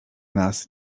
nas